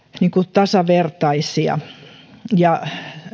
tasavertaisia